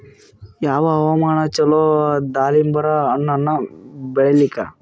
ಯಾವ ಹವಾಮಾನ ಚಲೋ ದಾಲಿಂಬರ ಹಣ್ಣನ್ನ ಬೆಳಿಲಿಕ?